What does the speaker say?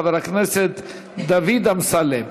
חבר הכנסת דוד אמסלם.